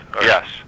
yes